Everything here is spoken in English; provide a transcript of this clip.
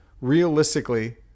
realistically